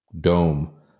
dome